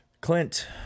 Clint